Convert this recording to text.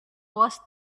was